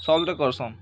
solve ଗୁଟେ କର୍ସନ୍